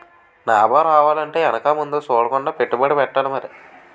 నాబం రావాలంటే ఎనక ముందు సూడకుండా పెట్టుబడెట్టాలి మరి